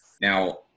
Now –